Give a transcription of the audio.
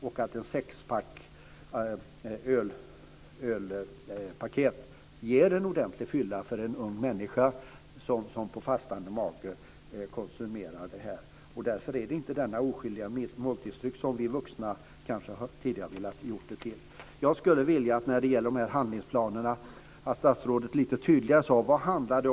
En förpackning med sex öl ger en ordentlig fylla för en ung människa som konsumerar det på fastande mage. Därför är det inte den oskyldiga måltidsdryck som vi vuxna tidigare kanske har velat göra den till. Jag skulle vilja att statsrådet lite tydligare talar om vad de här handlingsplanerna handlar om.